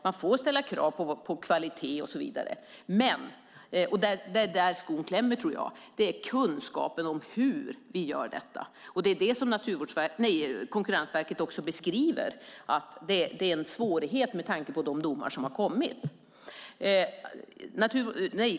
Man får ställa krav på kvalitet och så vidare. Men - och det är där skon klämmer, tror jag - det handlar om kunskapen om hur vi gör detta. Det är det som Konkurrensverket också beskriver, att det är en svårighet, med tanke på de domar som har kommit.